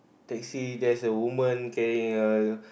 taxi there's a woman carrying a